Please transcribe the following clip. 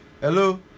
Hello